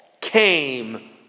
came